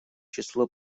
число